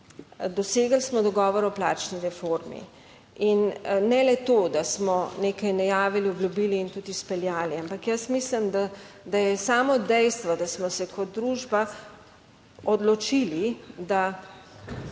dosegli smo dogovor o plačni reformi in ne le to, da smo nekaj najavili, obljubili in tudi izpeljali. Ampak jaz mislim, da je sámo dejstvo, da smo se kot družba odločili, da